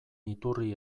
iturri